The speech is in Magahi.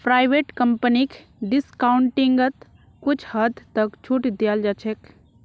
प्राइवेट कम्पनीक डिस्काउंटिंगत कुछ हद तक छूट दीयाल जा छेक